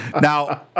Now